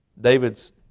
David's